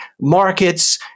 markets